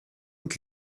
und